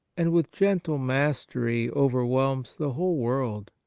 and with gentle mastery overwhelms the whole world.